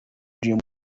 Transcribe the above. dream